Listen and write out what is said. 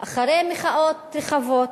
אחרי מחאות רחבות